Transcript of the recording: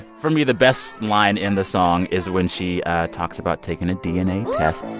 for me, the best line in the song is when she talks about taking a dna test